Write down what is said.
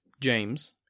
James